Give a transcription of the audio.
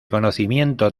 conocimiento